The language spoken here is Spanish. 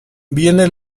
viene